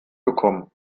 bekommen